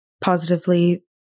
positively